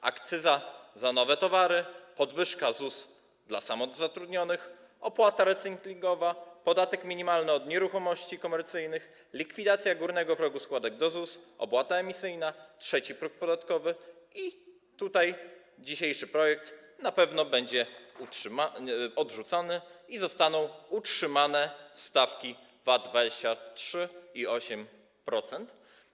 Jest akcyza za nowe towary, podwyżka ZUS dla samozatrudnionych, opłata recyklingowa, podatek minimalny od nieruchomości komercyjnych, likwidacja górnego progu składek ZUS, opłata emisyjna, trzeci próg podatkowy, a dzisiejszy projekt na pewno będzie odrzucony i zostaną utrzymane stawki VAT 23% i 8%.